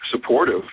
supportive